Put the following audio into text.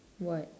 what